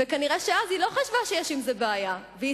ונראה שאז היא לא חשבה שיש עם זה בעיה והיא